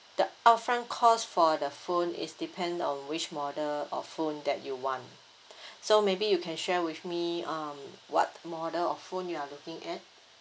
the upfront cost for the phone is depend on which model of phone that you want so maybe you can share with me um what model of phone you're looking at